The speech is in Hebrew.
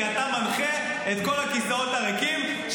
כי אתה מנחה את כל הכיסאות הריקים,